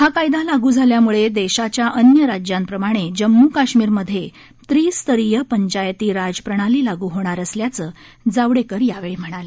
हा कायदा लागू झाल्यामुळे देशाच्या अन्य राज्यांप्रमाणे जम्मू काश्मीर मध्ये त्रिस्तरीय पंचायती राज प्रणाली लागू होणार असल्याचं जावडेकर यावेळी म्हणाले